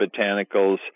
botanicals